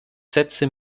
sätze